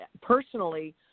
personally